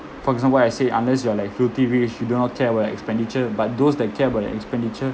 for example what I said unless you are like filthy rich you do not care about your expenditure but those that care about their expenditure